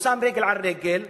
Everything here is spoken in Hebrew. הוא שם רגל על רגל,